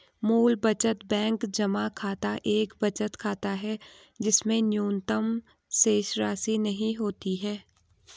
मूल बचत बैंक जमा खाता एक बचत खाता है जिसमें न्यूनतम शेषराशि नहीं होती है